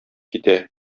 китә